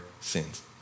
sins